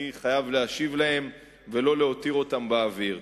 אני חייב להשיב עליהם ולא להותיר אותם באוויר.